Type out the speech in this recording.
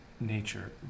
nature